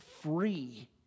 free